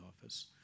office